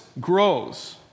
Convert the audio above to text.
grows